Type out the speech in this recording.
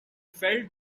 felt